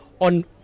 on